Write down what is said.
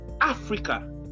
africa